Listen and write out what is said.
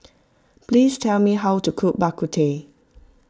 please tell me how to cook Bak Kut Teh